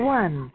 one